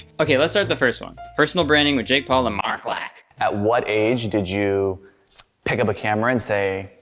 okay. let's start the first one. personal branding with jake paul and mark lack. at what age did you pick up a camera and say,